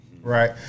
right